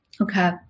Okay